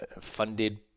funded